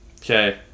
Okay